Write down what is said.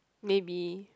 maybe